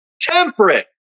temperate